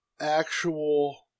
actual